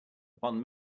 upon